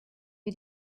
wie